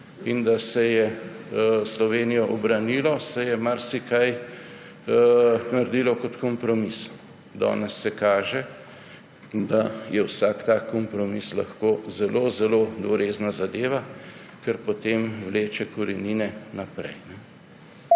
in da se je Slovenijo obranilo, se je marsikaj naredilo kot kompromis. Danes se kaže, da je vsak tak kompromis lahko zelo zelo dvorezna zadeva, ker potem vleče korenine naprej.